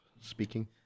speaking